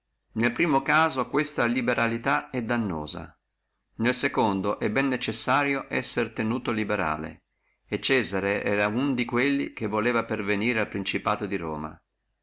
nel primo caso questa liberalità è dannosa nel secondo è bene necessario essere tenuto liberale e cesare era uno di quelli che voleva pervenire al principato di roma